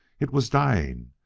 it was dying,